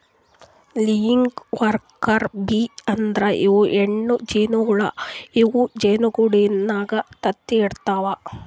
laying worker bee ಅಂದ್ರ ಇವ್ ಹೆಣ್ಣ್ ಜೇನಹುಳ ಇವ್ ಜೇನಿಗೂಡಿನಾಗ್ ತತ್ತಿ ಇಡತವ್